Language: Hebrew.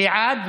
בעד.